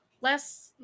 less